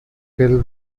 tell